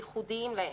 ייחודיים להם,